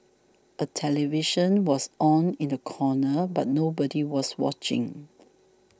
a television was on in the corner but nobody was watching